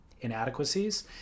inadequacies